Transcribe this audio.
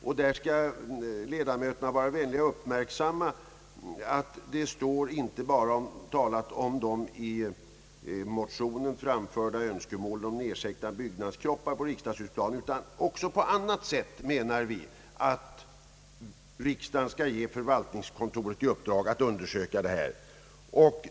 Ledamöterna skall då vara vänliga och uppmärksamma, att det däri inte bara står talat om de i motionerna framförda önskemålen om en nedsänkning av byggnadskropparna på riksdagsplan, utan även »på annat sätt» säger vi att förvaltningskontoret skall undersöka förhållandena.